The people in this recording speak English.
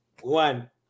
one